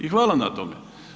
I hvala na tome.